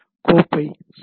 கோப்பை சேமி